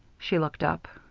she looked up.